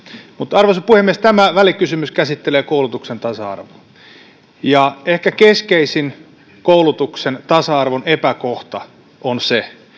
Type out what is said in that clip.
mutta arvoisa puhemies tämä välikysymys käsittelee koulutuksen tasa arvoa ehkä keskeisin koulutuksen tasa arvon epäkohta on se